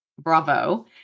Bravo